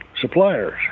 suppliers